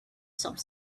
some